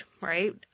right